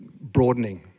broadening